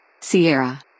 Sierra